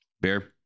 Beer